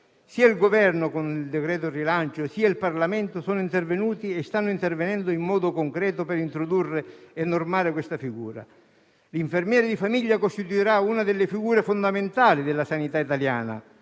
Sia il Governo con il decreto rilancio sia il Parlamento sono intervenuti e stanno intervenendo in modo concreto per introdurre e normare questa figura. L'infermiere di famiglia costituirà una delle figure fondamentali della sanità italiana,